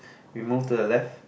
we move to the left